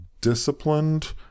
disciplined